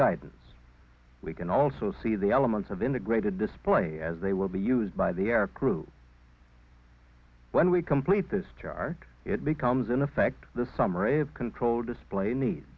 guidance we can also see the elements of integrated display as they will be used by the aircrew when we complete this chart it becomes in effect this summary of control display need